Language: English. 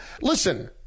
Listen